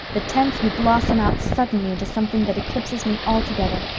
the tenth you blossom out suddenly into something that eclipses me altogether.